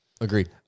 Agreed